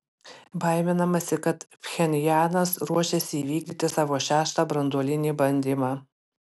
baiminamasi kad pchenjanas ruošiasi įvykdyti savo šeštą branduolinį bandymą